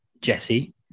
Jesse